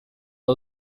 aho